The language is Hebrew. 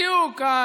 הליברלית, בדיוק.